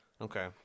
Okay